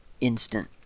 instant